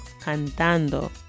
cantando